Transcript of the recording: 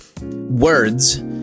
words